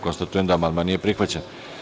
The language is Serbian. Konstatujem da amandman nije prihvaćen.